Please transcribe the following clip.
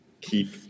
keep